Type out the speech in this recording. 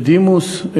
בדימוס.